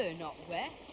so not wet.